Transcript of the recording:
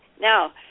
Now